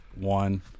one